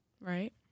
right